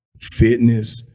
fitness